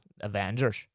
Avengers